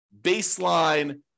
baseline